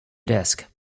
desk